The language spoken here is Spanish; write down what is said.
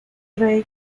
rey